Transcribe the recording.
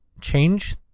change